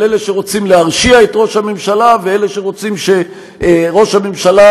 של אלה שרוצים להרשיע את ראש הממשלה ואלה שרוצים שראש הממשלה,